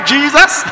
Jesus